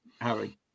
Harry